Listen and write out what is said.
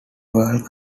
world